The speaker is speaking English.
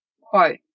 Quote